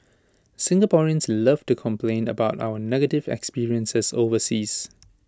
Singaporeans love to complain about our negative experiences overseas